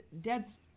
Dad's